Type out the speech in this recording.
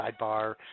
sidebar